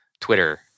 Twitter